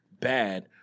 bad